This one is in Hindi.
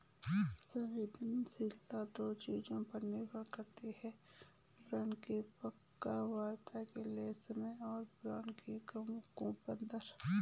संवेदनशीलता दो चीजों पर निर्भर करती है बॉन्ड की परिपक्वता के लिए समय और बॉन्ड की कूपन दर